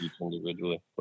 individually